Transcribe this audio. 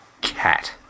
cat